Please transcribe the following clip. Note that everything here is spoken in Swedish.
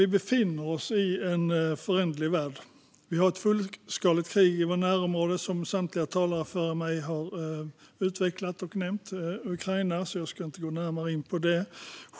Vi befinner oss i en föränderlig värld. Vi har ett fullskaligt krig i vårt närområde, Ukraina. Det har samtliga talare före mig utvecklat och nämnt, så jag ska inte gå närmare in på det.